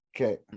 Okay